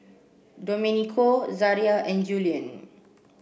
Domenico Zaria and Julian